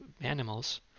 animals